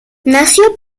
nació